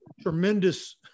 tremendous